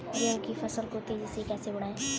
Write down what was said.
गेहूँ की फसल को तेजी से कैसे बढ़ाऊँ?